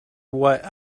what